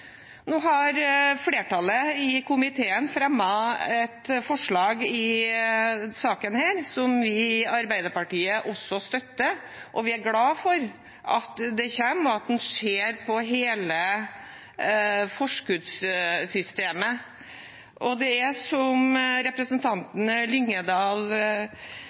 Nå har flertallet i komiteen fremmet et forslag i denne saken som vi i Arbeiderpartiet også støtter. Vi er glade for at det kommer, og at en ser på hele forskuddssystemet. Det har, som representanten Lyngedal